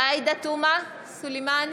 ינון אזולאי,